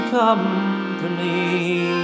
company